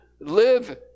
live